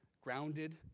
grounded